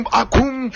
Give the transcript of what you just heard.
akum